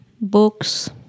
books